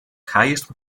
highest